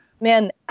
Man